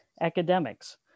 academics